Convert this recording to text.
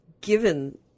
given